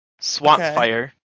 Swampfire